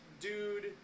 dude